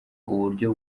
uburyo